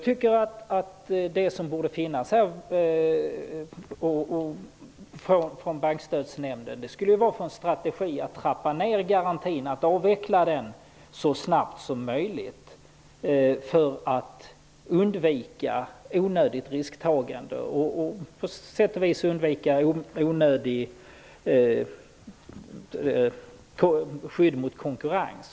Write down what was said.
Det som skulle behövas från Bankstödsnämndens sida är en strategi att trappa ned garantin och att avveckla den så snabbt som möjligt för att undvika onödigt risktagande. På så sätt skulle man också undvika onödigt skydd mot konkurrens.